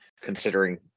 considering